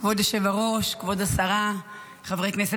כבוד היושב-ראש, כבוד השרה, חברי כנסת